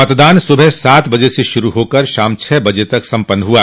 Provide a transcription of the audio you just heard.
मतदान सुबह सात बजे से शुरू होकर शाम छह बजे तक सम्पन्न हो गया